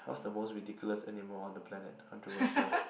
what's the most ridiculous animal on the planet controversial